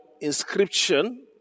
inscription